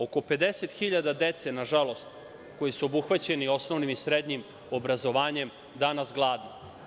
Oko 50.000 dece, nažalost, koji su obuhvaćeni osnovnim i srednjim obrazovanjem, je danas gladno.